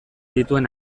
dituen